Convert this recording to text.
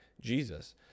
Jesus